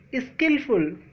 skillful